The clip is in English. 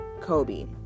Kobe